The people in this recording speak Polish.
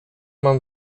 mam